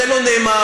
זה לא נאמר.